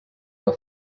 que